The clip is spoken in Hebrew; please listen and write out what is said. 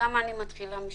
למה אני מתחילה משם?